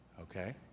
Okay